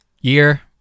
year